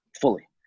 fully